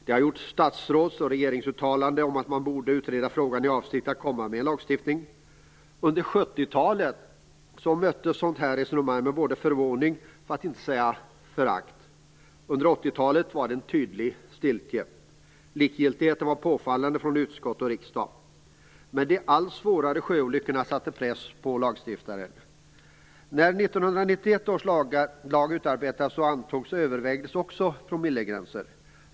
Det har gjorts statsråds och regeringsuttalanden om att man borde utreda frågan i avsikt att komma med en lagstiftning. Under 70-talet möttes ett sådant resonemang av förvåning, för att inte säga förakt. Under 80-talet var det en tydligt stiltje. Likgiltigheten var påfallande från utskott och riksdag. Men de allt svårare sjöolyckorna satte press på lagstiftarna. När 1991 års lag utarbetades och antogs övervägdes också promillegränser.